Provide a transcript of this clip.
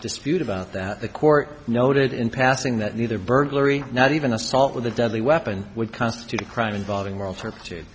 dispute about that the court noted in passing that neither burglary not even assault with a deadly weapon would constitute a crime involving world